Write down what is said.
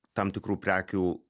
tam tikrų prekių